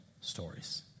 stories